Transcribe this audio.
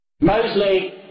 Mosley